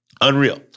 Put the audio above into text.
Unreal